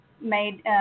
made